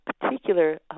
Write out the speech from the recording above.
particular